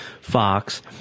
Fox